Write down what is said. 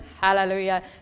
Hallelujah